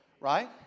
Right